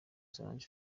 solange